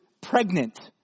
pregnant